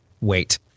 wait